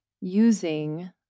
using